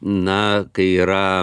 na kai yra